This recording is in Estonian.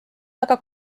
väga